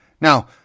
Now